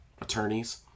attorneys